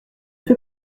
fait